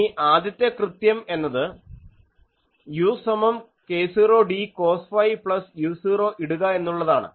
ഇനി ആദ്യത്തെ കൃത്യം എന്നത് u സമം k0d cos phi plus u0 ഇടുക എന്നുള്ളതാണ്